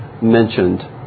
mentioned